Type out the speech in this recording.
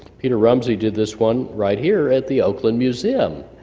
peter rumsey did this one right here at the oakland museum,